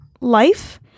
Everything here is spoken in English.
Life